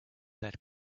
that